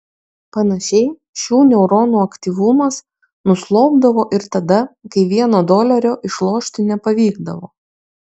panašiai šių neuronų aktyvumas nuslopdavo ir tada kai vieno dolerio išlošti nepavykdavo